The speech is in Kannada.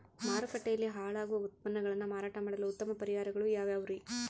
ಮಾರುಕಟ್ಟೆಯಲ್ಲಿ ಹಾಳಾಗುವ ಉತ್ಪನ್ನಗಳನ್ನ ಮಾರಾಟ ಮಾಡಲು ಉತ್ತಮ ಪರಿಹಾರಗಳು ಯಾವ್ಯಾವುರಿ?